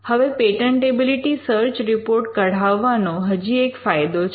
હવે patentability search report કઢાવવાનો હજી એક ફાયદો છે